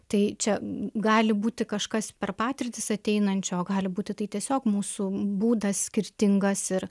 tai čia gali būti kažkas per patirtis ateinančio gali būti tai tiesiog mūsų būdas skirtingas ir